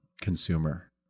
consumer